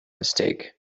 mistake